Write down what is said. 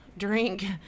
drink